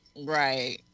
right